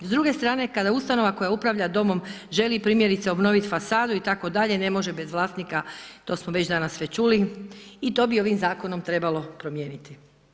S druge strane kada ustanova koja upravlja domom želi primjerice obnoviti fasadu itd. ne može bez vlasnika, to smo već danas čuli i to bi ovim zakonom trebalo promijeniti.